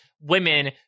women